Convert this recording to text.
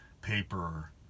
paper